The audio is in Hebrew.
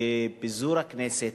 ופיזור הכנסת,